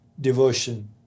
devotion